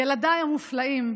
ילדיי המופלאים,